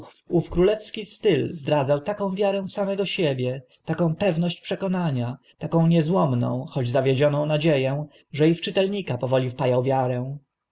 królewski styl zdradzał taką wiarę w samego siebie taką pewność przekonania taką niezłomną choć zawiedzioną nadzie ę że i w czytelnika powoli wpa